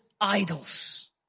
idols